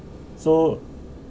so